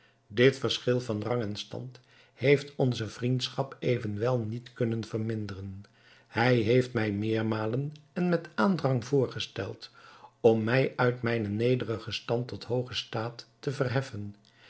dit verschil van rang en stand heeft onze vriendschap evenwel niet kunnen verminderen hij heeft mij meermalen en met aandrang voorgesteld om mij uit mijnen nederigen stand tot hoogen staat te verheffen